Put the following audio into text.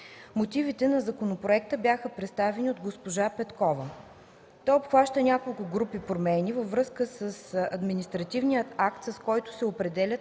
Мотивите на законопроекта бяха представени от госпожа Петкова. Той обхваща няколко групи промени във връзка с административния акт, с който се определят